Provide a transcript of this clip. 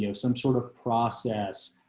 you know some sort of process.